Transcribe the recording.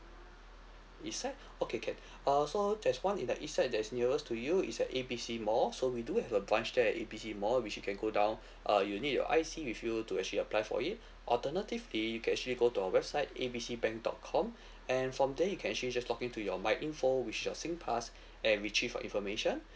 east side okay can uh so there's one in the east side that's nearest to you is at A B C mall so we do have a branch there at A B C mall which you can go down uh you need your I_C with you to actually apply for it alternatively you can actually go to our website A B C bank dot com and from there you can actually just login to your myinfo which is your singpass and retrieve your information